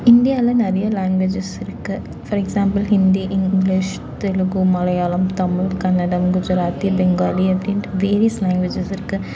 இந்தியாவில் நிறைய லேங்வேஜஸ் இருக்கு for example Hindi English Telugu Malayalam Tamil Kannada Gujarati Bengali அப்படின்ட்டு வேரியஸ் லேங்வேஜஸ் இருக்கு